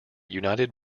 united